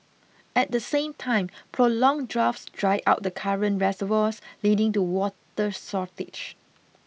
at the same time prolonged droughts dry out the current reservoirs leading to water shortage